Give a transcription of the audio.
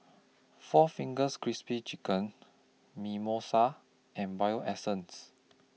four Fingers Crispy Chicken Mimosa and Bio Essence